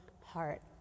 heart